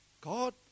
God